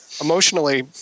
emotionally